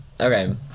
Okay